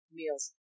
meals